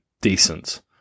decent